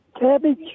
cabbage